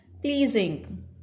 pleasing